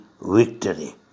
victory